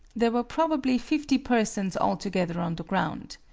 there were probably fifty persons altogether on the ground.